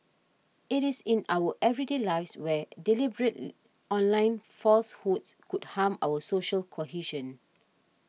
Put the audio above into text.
it is in our everyday lives where deliberate online falsehoods could harm our social cohesion